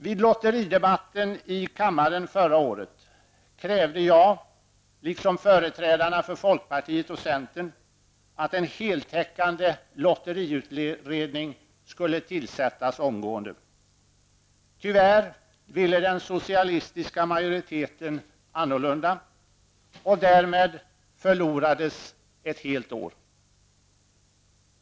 Vid lotteridebatten i kammaren förra året krävde jag liksom företrädarna för folkpartiet och centern att en heltäckande lotteriutredning skulle tillsättas omgående. Tyvärr ville den socialistiska majoriteten annorlunda, och därmed förlorades ett helt år.